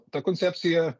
ta koncepcija